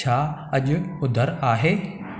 छा अॼु ॿुधरु आहे